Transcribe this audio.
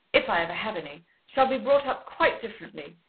if i ever have any, shall be brought up quite differently.